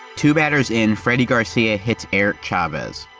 two batters in, freddy garcia hits eric chavez.